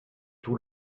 tout